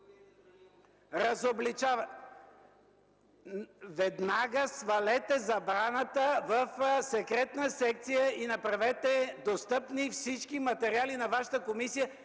Разобличаваща! Веднага свалете забраната в Секретна секция и направете достъпни всички материали на Вашата комисия!